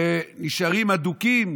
ונשארים אדוקים.